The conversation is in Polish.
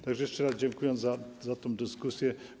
Tak że jeszcze raz dziękuję za tę dyskusję.